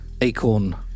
acorn